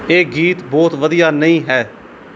ਇਹ ਗੀਤ ਬਹੁਤ ਵਧੀਆ ਨਹੀਂ ਹੈ